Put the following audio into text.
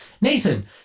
nathan